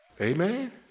Amen